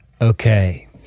okay